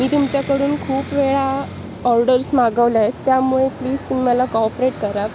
मी तुमच्याकडून खूप वेळा ऑर्डर्स मागवल्या आहेत त्यामुळे प्लीज तुम्ही मला कॉऑपरेट करा